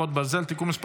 חרבות ברזל) (תיקון מס'